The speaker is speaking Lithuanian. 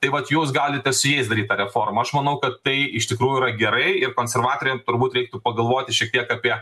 tai vat jūs galite su jais daryt tą reformą aš manau kad tai iš tikrųjų yra gerai ir konservatoriam turbūt reiktų pagalvoti šiek tiek apie